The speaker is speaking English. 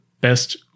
best